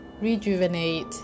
rejuvenate